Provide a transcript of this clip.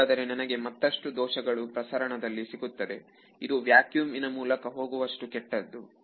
ಹಾಗಾಗಿ ನನಗೆ ಮತ್ತಷ್ಟು ದೋಷಗಳು ಪ್ರಸರಣದಲ್ಲಿ ಸಿಗುತ್ತದೆ ಇದು ವ್ಯಾಕ್ಯೂಮ್ ಇನ ಮೂಲಕ ಹೋಗುವಷ್ಟು ಕೆಟ್ಟದ್ದು